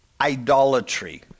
idolatry